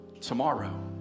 tomorrow